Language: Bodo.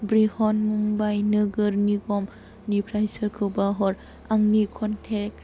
ब्रिहन मुम्बाइ नोगोर निगमनिफ्राय सोरखौबा हर आंनि कन्टेक्ट